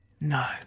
No